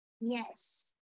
Yes